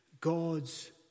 God's